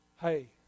Hey